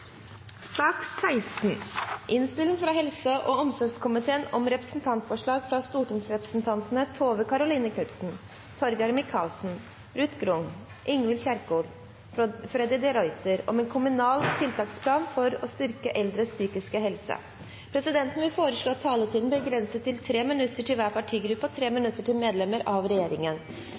sak nr. 16. Etter ønske fra helse- og omsorgskomiteen vil presidenten foreslå at taletiden blir begrenset til 3 minutter til hver partigruppe og 3 minutter til medlemmer av regjeringen.